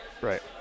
Right